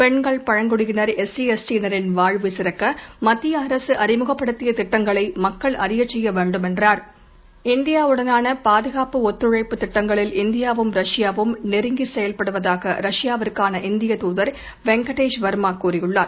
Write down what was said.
பெண்கள் பழங்குடியினர் எஸ்சி எஸ்டியினரின் வாழ்வு சிறக்க மத்திய அரசுஅறிமுகப்படுத்திய திட்டங்களை மக்கள் அறியச் செய்ய வேண்டும் என்றார் இந்தியாவுடனான பாதுகாப்பு ஒத்துழைப்புத் திட்டங்களில் இந்தியாவும் ரஷ்யாவும் நெருங்கி செயல்படுவதாக ரஷ்யாவுக்கான இந்திய தூதர் வெங்கடேஷ் வர்மா கூறியுள்ளார்